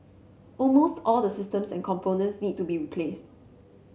almost all the systems and components need to be replaced